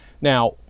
Now